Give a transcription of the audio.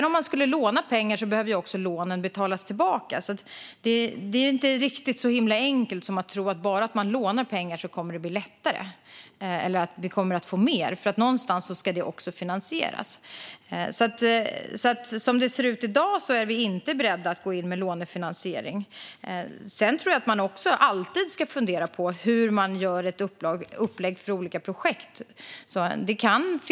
Om man skulle låna pengar behöver också lånen betalas tillbaka. Det är inte riktigt så himla enkelt som att det kommer att bli lättare eller att vi kommer att få mer bara för att man lånar pengar. Som det ser ut i dag är vi inte beredda att gå in med lånefinansiering. Sedan tror jag att man alltid ska fundera på hur man gör upplägg för olika projekt.